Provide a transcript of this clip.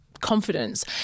confidence